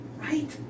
Right